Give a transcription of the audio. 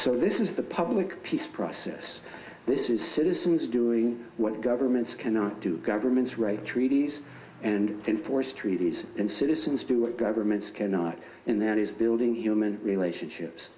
so this is the public peace process this is citizens doing what governments cannot do governments write treaties and enforce treaties and solutions to what governments cannot and that is building human relationships